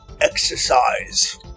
exercise